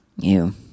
Ew